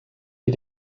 die